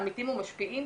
עמיתים ומשפיעים,